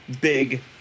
big